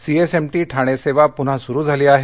CSMT Thane सेवा पुन्हा सुरु झाली आहे